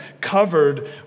covered